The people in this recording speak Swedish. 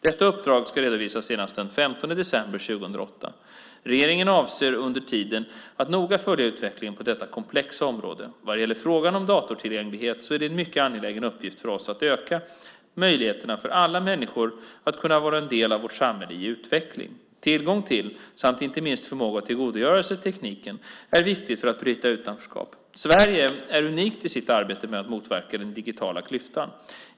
Detta uppdrag ska redovisas senast den 15 december 2008. Regeringen avser under tiden att noga följa utvecklingen på detta komplexa område. Vad gäller frågan om datortillgänglighet är det en mycket angelägen uppgift för oss att öka möjligheterna för alla människor att kunna vara del av vårt samhälle i utveckling. Tillgång till tekniken och inte minst förmåga att tillgodogöra sig den är viktigt för att bryta utanförskap. Sverige är unikt i sitt arbete med att motverka den digitala klyftan.